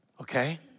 Okay